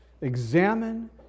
examine